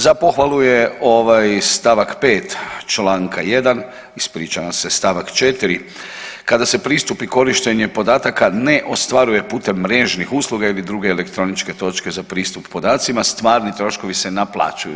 Za pohvalu je ovaj st. 5. čl. 1. ispričavam se st. 4. kada se pristupi korištenje podataka ne ostvaruje putem mrežnih usluga ili druge elektroničke točke za pristup podacima stvarni troškovi se naplaćuju.